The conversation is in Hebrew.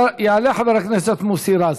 יעלה חבר הכנסת מוסי רז.